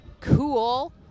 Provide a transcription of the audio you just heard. Cool